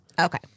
Okay